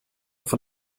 von